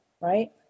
right